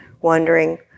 wondering